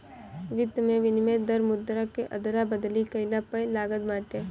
वित्त में विनिमय दर मुद्रा के अदला बदली कईला पअ लागत बाटे